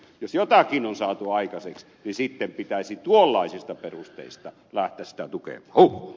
jos jotakin on saatu aikaiseksi niin sitten pitäisi tuollaisista perusteista lähteä sitä tukemaan